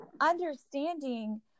understanding